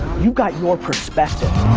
you got your perspective.